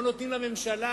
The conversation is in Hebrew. לא נותנים לממשלה